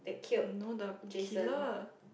no the killer